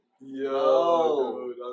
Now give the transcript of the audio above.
Yo